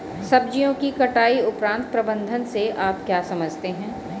सब्जियों की कटाई उपरांत प्रबंधन से आप क्या समझते हैं?